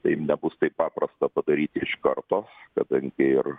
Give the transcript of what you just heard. tai nebus taip paprasta padaryti iš karto kadangi ir